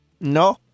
No